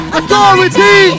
authority